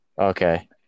Okay